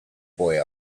boy